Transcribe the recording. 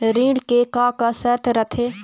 ऋण के का का शर्त रथे?